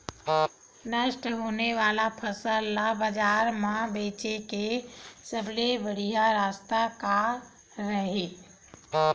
नष्ट होने वाला फसल ला बाजार मा बेचे के सबले बढ़िया रास्ता का हरे?